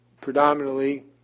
predominantly